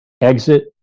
exit